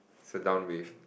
so down with